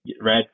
red